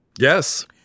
yes